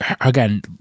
again